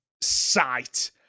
sight